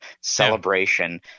celebration